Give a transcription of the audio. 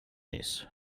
this